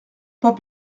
pas